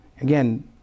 Again